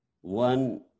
One